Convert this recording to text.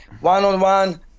one-on-one